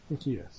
Yes